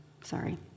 Sorry